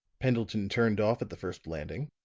pendleton turned off at the first landing,